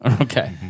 Okay